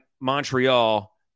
Montreal